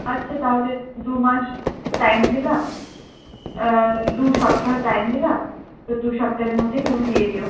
আচ্ছা তা হলে দুমাস টাইম দিলাম দু সপ্তাহ টাইম দিলাম তো দুসপ্তাহের মধ্যে তুমি দিয়ে দিও